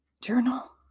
journal